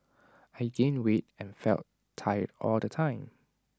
I gained weight and felt tired all the time